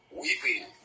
weeping